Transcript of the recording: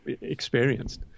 experienced